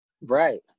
Right